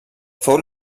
fou